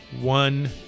one